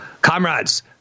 comrades